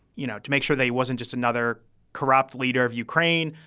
you know, to make sure they wasn't just another corrupt leader of ukraine.